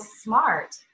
smart